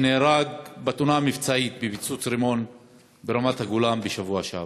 שנהרג בתאונה המבצעית בפיצוץ רימון ברמת-הגולן בשבוע שעבר.